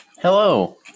Hello